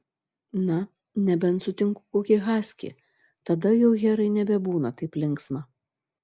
na nebent sutinku kokį haskį tada jau herai nebebūna taip linksma